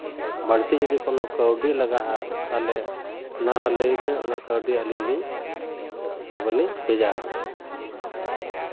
ᱵᱟᱹᱲᱛᱤ ᱡᱚᱫᱤ ᱠᱚᱱᱚ ᱠᱟᱹᱣᱰᱤ ᱞᱟᱜᱟᱜᱼᱟ ᱛᱟᱦᱞᱮ ᱚᱱᱟ ᱦᱚᱸ ᱞᱟᱹᱭ ᱵᱮᱱ ᱚᱱᱟ ᱠᱟᱹᱣᱰᱤ ᱟᱹᱞᱤᱧ ᱞᱤᱧ ᱟᱵᱮᱱ ᱞᱤᱧ ᱵᱷᱮᱡᱟ ᱟᱵᱮᱱᱟ